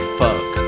fuck